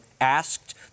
asked